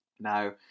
Now